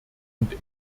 und